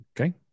Okay